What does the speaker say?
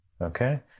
Okay